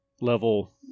level